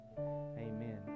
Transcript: Amen